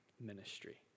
ministry